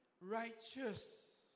righteous